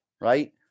right